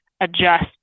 adjust